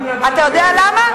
אתה יודע למה?